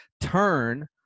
turn